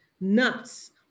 Nuts